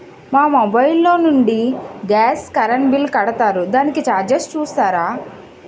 మా మొబైల్ లో నుండి గాస్, కరెన్ బిల్ కడతారు దానికి చార్జెస్ చూస్తారా?